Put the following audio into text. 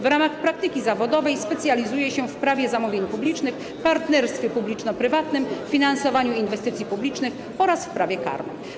W ramach praktyki zawodowej specjalizuje się w prawie zamówień publicznych, partnerstwie publiczno-prywatnym, finansowaniu inwestycji publicznych oraz w prawie karnym.